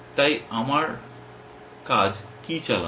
তাই আমার কাজ কি চালানো